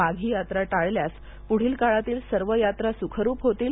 माघी यात्रा टाळल्यास पुढील काळातील सर्व यात्रा सुखरूप होतील